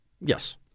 Yes